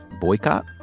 boycott